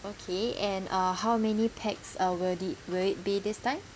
okay and uh how many pax uh will the will it be this time